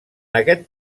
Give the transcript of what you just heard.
aquest